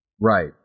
Right